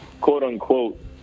quote-unquote